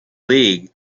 league